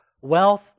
wealth